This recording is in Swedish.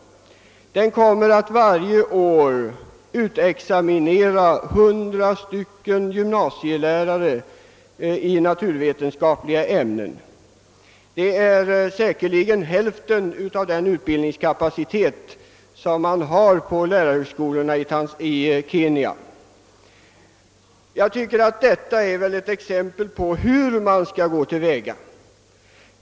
Den kommer att varje år utexaminera 100 gymnasielärare i naturvetenskapliga ämnen. Det är säkerligen hälften av den utbildningskapacitet, som man har i Kenya. Jag tycker att detta just är ett exempel på hur man skall gå till väga.